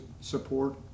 support